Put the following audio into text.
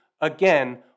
again